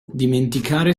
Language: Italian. dimenticare